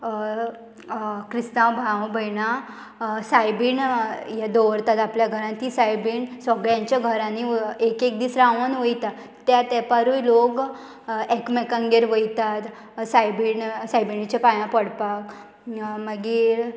क्रिस्तांव भाव भयणां सायबीण हें दवरतात आपल्या घरान ती सायबीण सगळ्यांच्या घरांनी एक एक दीस रावोन वयता त्या तेंपारूय लोक एकमेकांगेर वयतात सायबीण सायबिणीच्या पांयां पडपाक मागीर